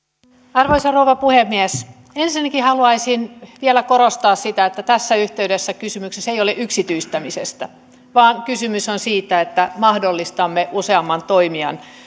arvoisa rouva puhemies ensinnäkin haluaisin vielä korostaa sitä että tässä yhteydessä kysymys ei ole yksityistämisestä vaan kysymys on siitä että mahdollistamme useamman toimijan